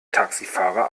taxifahrer